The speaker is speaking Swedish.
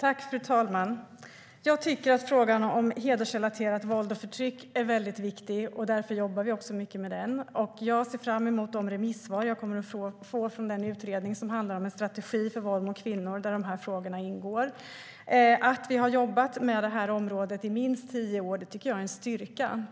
Fru talman! Jag tycker att frågan om hedersrelaterat våld och förtryck är viktig, och därför jobbar vi också mycket med den. Jag ser fram emot de remissvar som jag kommer att få från den utredning som handlar om en strategi för våld mot kvinnor och där de här frågorna ingår. Att vi har jobbat med det här området i minst tio år tycker jag är en styrka.